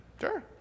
Sure